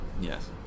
Yes